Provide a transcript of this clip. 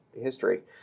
history